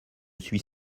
suis